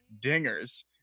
dingers